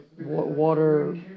water